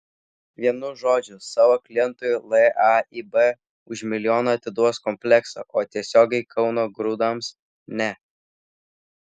vienu žodžiu savo klientui laib už milijoną atiduos kompleksą o tiesiogiai kauno grūdams ne